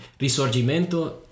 Risorgimento